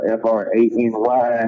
f-r-a-n-y